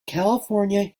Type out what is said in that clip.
california